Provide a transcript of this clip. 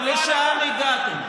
לשם הגעתם.